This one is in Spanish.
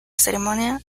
ceremonia